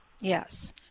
Yes